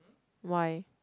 why